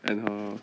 and her